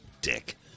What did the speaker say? Dick